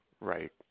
Right